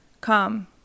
Come